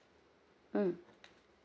mm